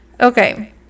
okay